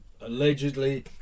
allegedly